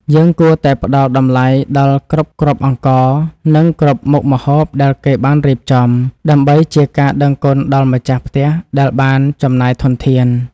យើងគួរតែផ្តល់តម្លៃដល់គ្រប់គ្រាប់អង្ករ និងគ្រប់មុខម្ហូបដែលគេបានរៀបចំ ដើម្បីជាការដឹងគុណដល់ម្ចាស់ផ្ទះដែលបានចំណាយធនធាន។